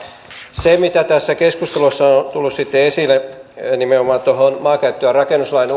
siihen mitä tässä keskustelussa on tullut esille nimenomaan maankäyttö ja rakennuslain